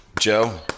Joe